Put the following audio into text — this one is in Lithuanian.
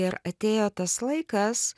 ir atėjo tas laikas